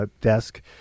desk